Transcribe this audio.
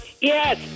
Yes